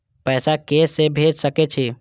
पैसा के से भेज सके छी?